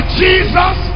jesus